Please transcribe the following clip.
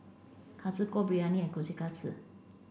Kalguksu Biryani and Kushikatsu